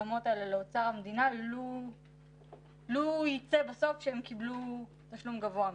המקדמות האלה לאוצר המדינה לו ייצא בסוף שהם קיבלו תשלום גבוה מדי.